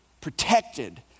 protected